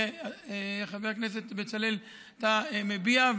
חבר הכנסת בצלאל, שאתה מביע.